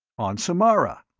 on samarra.